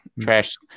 trash